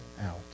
out